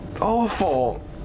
awful